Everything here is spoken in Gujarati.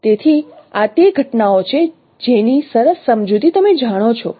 તેથી આ તે ઘટનાઓ છે જેની સરસ સમજૂતી તમે જાણો છો